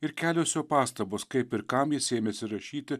ir kelios jo pastabos kaip ir kam jis ėmėsi rašyti